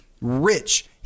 rich